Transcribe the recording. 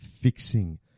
fixing